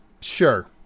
Sure